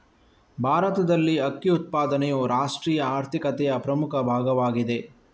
ಭಾರತದಲ್ಲಿ ಅಕ್ಕಿ ಉತ್ಪಾದನೆಯು ರಾಷ್ಟ್ರೀಯ ಆರ್ಥಿಕತೆಯ ಪ್ರಮುಖ ಭಾಗವಾಗಿದೆ